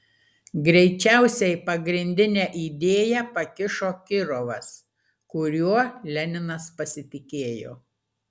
greičiausiai pagrindinę idėją pakišo kirovas kuriuo leninas pasitikėjo